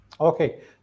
Okay